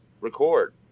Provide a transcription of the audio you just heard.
record